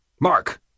Mark